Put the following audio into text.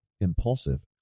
impulsive